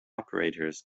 operators